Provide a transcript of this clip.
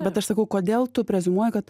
bet aš sakau kodėl tu preziumuoji kad